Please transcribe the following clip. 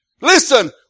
Listen